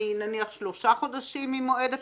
נניח שלושה חודשים ממועד הפרסום,